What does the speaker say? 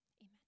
Amen